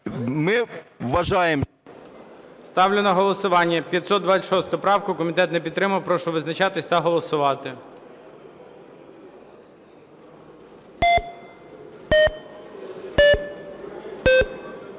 Ми вважаємо… ГОЛОВУЮЧИЙ. Ставлю на голосування 526 правку. Комітет не підтримав. Прошу визначатись та голосувати.